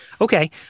Okay